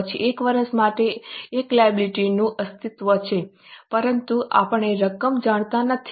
પછી 1 વર્ષ માટે એક લાયબિલિટી નું અસ્તિત્વ છે પરંતુ આપણે રકમ જાણતા નથી